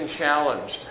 challenge